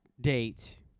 date